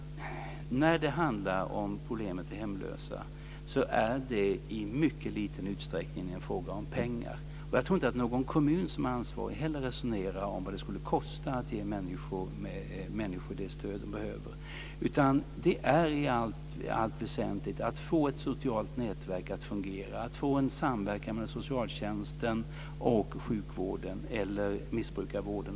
När det handlar om problemet med hemlösa är det i mycket liten utsträckning en fråga om pengar. Jag tror inte heller att någon kommun som är ansvarig resonerar om vad det skulle kosta att ge människor det stöd som de behöver. Det gäller i allt väsentligt att få ett socialt nätverk att fungera, att få en samverkan med socialtjänsten och sjukvården eller missbrukarvården.